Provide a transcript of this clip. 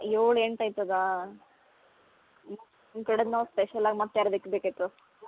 ಏಳು ಎಂಟು ಆಯ್ತದಾ ನಿಮ್ಮ ಕಡೆದ ನಾವು ಸ್ಪೆಷಲ್ಲಾಗಿ ಮತ್ತು ಯಾರ್ದಕ್ಕೆ ಬೇಕೈತವ